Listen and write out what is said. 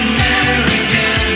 American